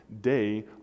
day